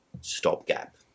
stopgap